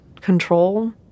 control